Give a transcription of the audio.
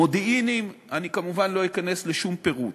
מודיעיניים, אני כמובן לא אכנס לשום פירוט.